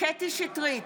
קטי קטרין שטרית,